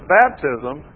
baptism